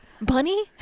Bunny